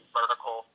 vertical